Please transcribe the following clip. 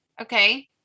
okay